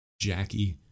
Jackie